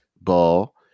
Ball